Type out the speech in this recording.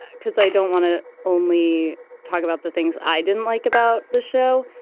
because i don't want to only talk about the things i didn't like about the show.